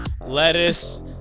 lettuce